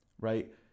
right